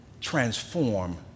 transform